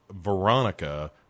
Veronica